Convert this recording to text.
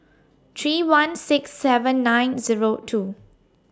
three one six seven nine Zero two